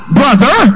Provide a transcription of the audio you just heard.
brother